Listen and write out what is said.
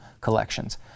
collections